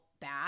bad